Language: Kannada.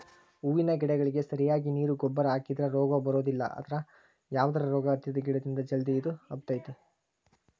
ಹೂವಿನ ಗಿಡಗಳಿಗೆ ಸರಿಯಾಗಿ ನೇರು ಗೊಬ್ಬರ ಹಾಕಿದ್ರ ರೋಗ ಬರೋದಿಲ್ಲ ಅದ್ರ ಯಾವದರ ರೋಗ ಹತ್ತಿದ ಗಿಡದಿಂದ ಜಲ್ದಿ ಇದು ಹಬ್ಬತೇತಿ